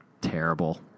terrible